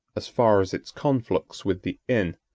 as far as its conflux with the inn.